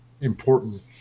important